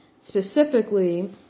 specifically